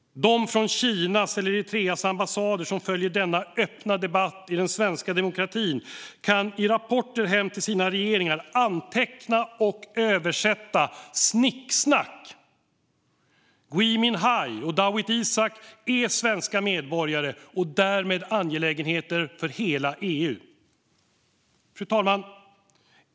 De från Kinas eller Eritreas ambassader som följer denna öppna debatt i den svenska demokratin kan i rapporter hem till sina regeringar anteckna och översätta: Snicksnack! Gui Minhai och Dawit Isaak är svenska medborgare och därmed angelägenheter för hela EU. Fru talman!